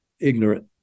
ignorant